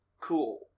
Cool